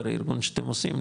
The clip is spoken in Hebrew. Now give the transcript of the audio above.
ברה-ארגון שאתם עושים,